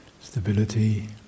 stability